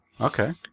Okay